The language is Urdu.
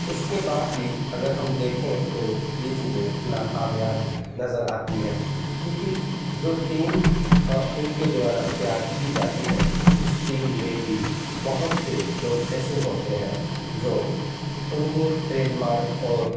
اس کے بعد بھی اگر ہم دیکھیں تو یہ چیزیں ناکامیاب نظر آتی ہے کیونکہ جو ٹیم ان کے دوارا تیار کی جاتی ہے اس ٹیم میں بھی بہت سے لوگ ایسے ہوتے ہیں جو انہیں ٹریڈ مارک اور